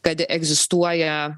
kad egzistuoja